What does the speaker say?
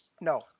No